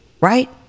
right